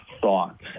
thoughts